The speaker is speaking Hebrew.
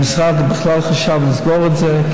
המשרד בכלל חשב לסגור את זה,